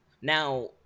now